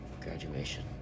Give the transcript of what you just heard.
Graduation